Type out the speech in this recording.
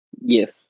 Yes